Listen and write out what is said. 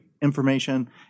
Information